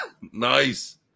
Nice